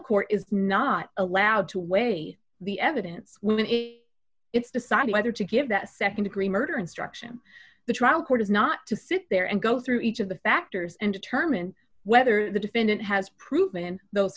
court is not allowed to weigh the evidence it's decide whether to give that nd degree murder instruction the trial court is not to sit there and go through each of the factors and determine whether the defendant has proven those